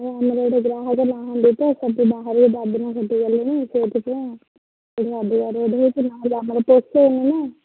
ଆମର ଏଠି ଗ୍ରାହକ ନାହାନ୍ତି ତ ସେଠୁ ବାହାରକୁ ଦାଦନ ଖଟିଗଲେଣି ସେଇଥିପାଇଁ ଏଠି ଅଧିକ ରେଟ୍ ହେଉଛି ନହେଲେ ଆମକୁ ପୋଷଉନି ନା